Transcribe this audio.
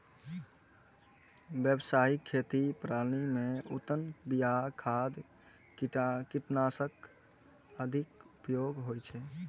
व्यावसायिक खेती प्रणाली मे उन्नत बिया, खाद, कीटनाशक आदिक उपयोग होइ छै